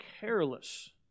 careless